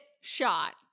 shot